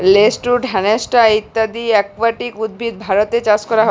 lettuce, hyacinth ইত্যদি aquatic উদ্ভিদ ভারতে চাস ক্যরা হ্যয়ে